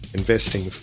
investing